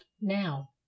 now